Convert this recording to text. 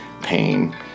pain